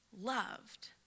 loved